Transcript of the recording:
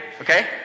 okay